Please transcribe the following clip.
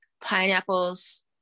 pineapples